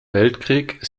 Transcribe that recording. weltkrieg